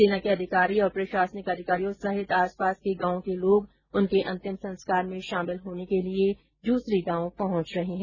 सेना के अधिकारी और प्रशासनिक अधिकारी सहित आस पास के गांव के लोग उनके अंतिम संस्कार में शामिल होने के लिये जूसरी गांव पहुंच रहे है